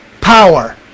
power